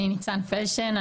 אני ניצן פלדשטיין,